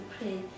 pray